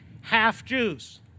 half-Jews